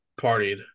partied